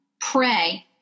pray